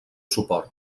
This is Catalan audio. suport